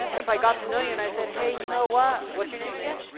if i got to know you and i said, hey, you know what, what's your name again?